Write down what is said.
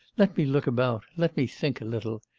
let me look about let me think a little.